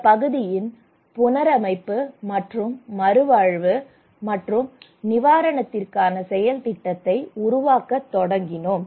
இந்த பகுதியின் புனரமைப்பு மற்றும் மறுவாழ்வு மற்றும் நிவாரணத்திற்கான செயல் திட்டத்தை உருவாக்கத் தொடங்கினோம்